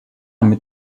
mit